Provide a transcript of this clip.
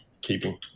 keeping